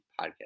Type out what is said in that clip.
Podcast